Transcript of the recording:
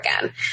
again